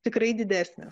tikrai didesnės